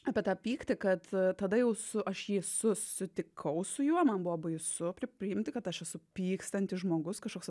apie tą pyktį kad tada jau su aš jį su susitikau su juo man buvo baisu prip priimti kad aš esu pykstantis žmogus kažkoks